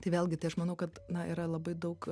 tai vėlgi tai aš manau kad yra labai daug